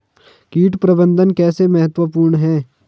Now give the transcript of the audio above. कीट प्रबंधन कैसे महत्वपूर्ण है?